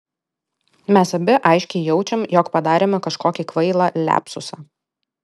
mes abi aiškiai jaučiam jog padarėme kažkokį kvailą liapsusą